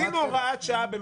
שעה.